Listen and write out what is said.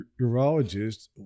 urologist